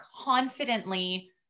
confidently